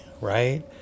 right